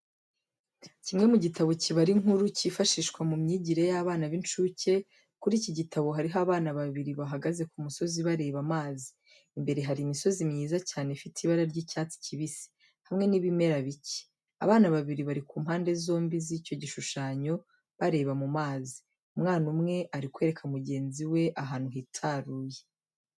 Kimwe mu gitabo kibara inkuru cyifashishwa mu myigire y'abana b'incuke, kuri iki gitabo hariho abana babiri bahagaze ku musozi bareba amazi. Imbere hari imisozi myiza cyane ifite ibara ry'icyatsi kibisi, hamwe n'ibimera bike. Abana babiri bari ku mpande zombi z'icyo gishushanyo, bareba mu mazi. Umwana umwe ari kwereka mugenzi we ahantu hitaruye.